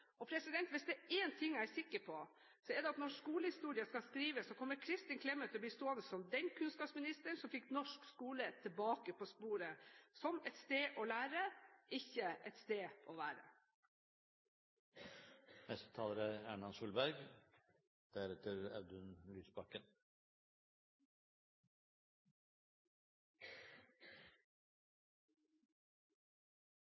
Hvis det er én ting jeg er sikker på, er det at når skolehistorien skal skrives, kommer Kristin Clemet til å bli stående som den kunnskapsministeren som fikk norsk skole tilbake på sporet som et sted å lære, ikke et sted å være. Jeg tror det kan være grunn til å minne om at det ikke er